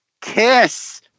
kiss